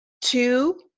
Two